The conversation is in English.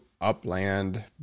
Upland